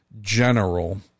general